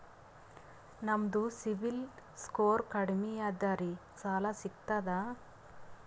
ನಮ್ದು ಸಿಬಿಲ್ ಸ್ಕೋರ್ ಕಡಿಮಿ ಅದರಿ ಸಾಲಾ ಸಿಗ್ತದ?